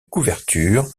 couverture